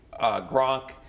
Gronk